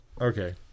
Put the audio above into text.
Okay